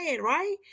right